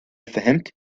فهمت